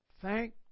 Thank